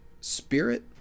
spirit